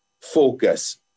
focus